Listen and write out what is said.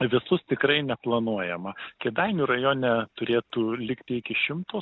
visus tikrai neplanuojama kėdainių rajone turėtų likti iki šimto